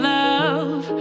love